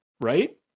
right